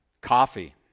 Coffee